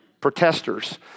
protesters